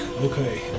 Okay